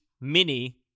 mini